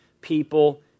people